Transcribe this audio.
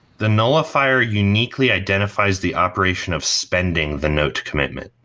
the nullifier uniquely identifies the operation of spending the note commitment,